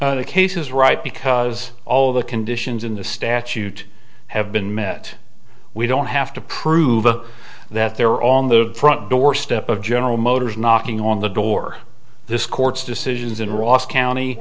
to cases right because all the conditions in the statute have been met we don't have to prove that they're on the front doorstep of general motors knocking on the door this court's decisions in ross county